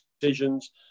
decisions